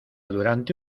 durante